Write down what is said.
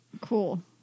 cool